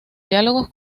diálogos